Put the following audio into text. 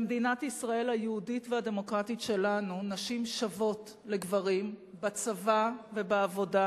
במדינת ישראל היהודית והדמוקרטית שלנו נשים שוות לגברים בצבא ובעבודה,